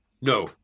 no